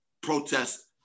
protest